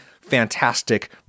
Fantastic